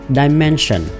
dimension